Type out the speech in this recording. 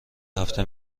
هفته